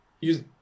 use